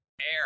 air